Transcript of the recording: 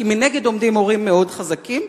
כי מנגד עומדים הורים מאוד חזקים,